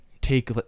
take